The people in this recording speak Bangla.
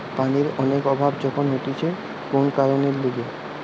পানির অনেক অভাব যখন হতিছে কোন কারণের লিগে